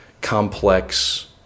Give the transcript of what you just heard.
complex